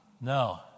No